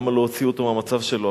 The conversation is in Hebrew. למה לא הוציאו אותו מהמצב שלו?